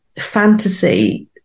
fantasy